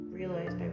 realized